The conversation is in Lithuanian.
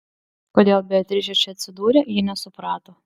kodėl beatričė čia atsidūrė ji nesuprato